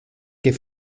que